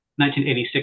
1986